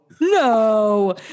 No